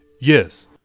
Yes